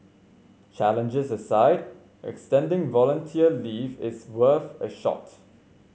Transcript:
challenges aside extending volunteer leave is worth a shot